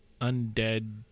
undead